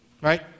Right